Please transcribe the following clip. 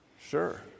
Sure